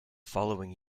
following